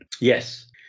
Yes